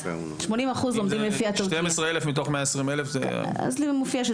בנתונים הרשמיים שקיבלתי מופיע לי